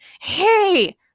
Hey